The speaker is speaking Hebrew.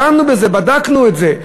דנו בזה, בדקנו את זה.